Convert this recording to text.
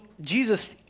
Jesus